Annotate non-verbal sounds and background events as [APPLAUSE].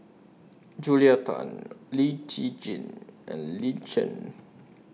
[NOISE] Julia Tan [NOISE] Lee Tjin and Lin Chen